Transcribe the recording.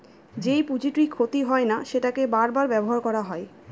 যেই পুঁজিটি ক্ষতি হয় না সেটাকে বার বার ব্যবহার করা হয়